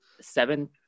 seven